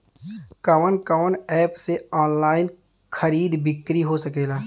कवन कवन एप से ऑनलाइन खरीद बिक्री हो सकेला?